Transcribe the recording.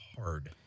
hard